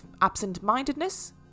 absent-mindedness